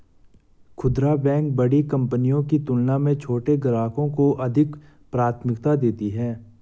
खूदरा बैंक बड़ी कंपनियों की तुलना में छोटे ग्राहकों को अधिक प्राथमिकता देती हैं